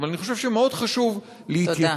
אבל אני חושב שמאוד חשוב, תודה.